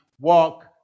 walk